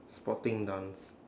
sporting dance